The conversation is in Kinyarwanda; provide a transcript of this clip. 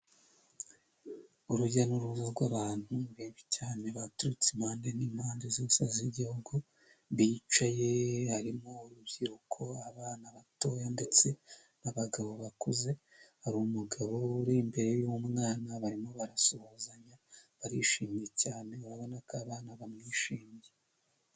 Urujya n'uruza rw'abantu benshi cyane baturutse impande n'impande zose z'igihugu bicaye harimo urubyiruko, abana bato, ndetse n'abagabo bakuze hari umugabo uri imbere y'umwana barimo barasuhuzanya barishimye cyane urabona ko abana bamwishimiye.